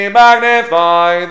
magnify